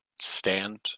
stand